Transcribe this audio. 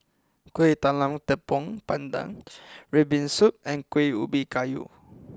Kueh Talam Tepong Pandan Red Bean Soup and Kuih Ubi Kayu